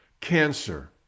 Cancer